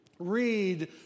read